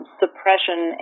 suppression